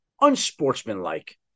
unsportsmanlike